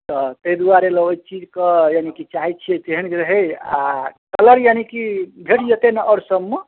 तऽ तहि दुआरे लऽ ओ चीज कऽ यानि कि चाहैत छियै तेहन रहै आ कलर यानि कि भेजलियै ताहिमे आओर सभमे